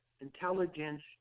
intelligence